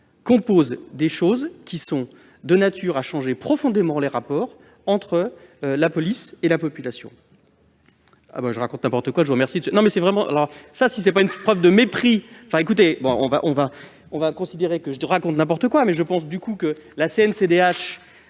table des mesures qui sont de nature à changer profondément les rapports entre la police et la population.